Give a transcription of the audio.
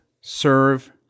serve